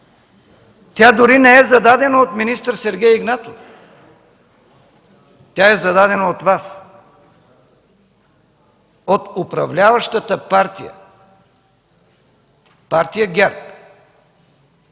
Тя дори не е зададена от министър Сергей Игнатов! Тя е зададена от Вас – от управляващата партия ГЕРБ!